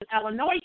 Illinois